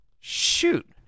Shoot